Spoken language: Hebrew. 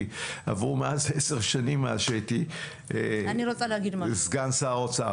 כי עברו מאז 10 שנים מאז שהייתי סגן שר האוצר.